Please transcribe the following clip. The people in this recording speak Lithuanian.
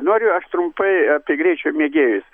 noriu aš trumpai apie greičio mėgėjus